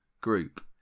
group